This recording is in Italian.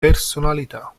personalità